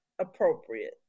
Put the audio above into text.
appropriate